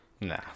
Nah